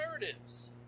narratives